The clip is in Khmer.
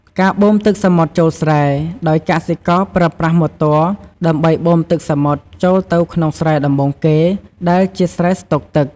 ការបូមទឹកសមុទ្រចូលស្រែ ដោយកសិករប្រើប្រាស់ម៉ូទ័រដើម្បីបូមទឹកសមុទ្រចូលទៅក្នុងស្រែដំបូងគេ ដែលជាស្រែស្តុកទឹក។